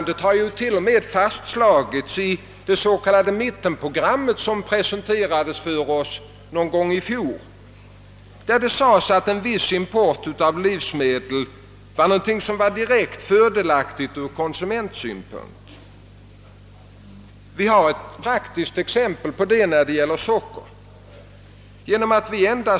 Detta har till och med fastslagits i det s.k. mittenprogrammet, vilket presenterades någon gång i fjol och där det sades, att en viss import av livsmedel är direkt fördelaktig från konsumentsynpunkt. Det finns ett praktiskt exempel på den saken i sockerproduktionen och sockerimporten.